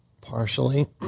partially